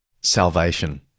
Salvation